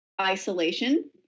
isolation